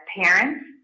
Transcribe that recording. parents